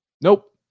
nope